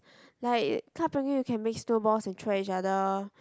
like Club Penguin you can make snow balls and throw at each other